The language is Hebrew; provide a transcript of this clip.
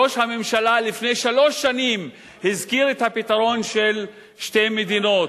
ראש הממשלה לפני שלוש שנים הזכיר את הפתרון של שתי מדינות,